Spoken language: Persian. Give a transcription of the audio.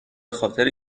خاطر